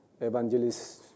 evangelists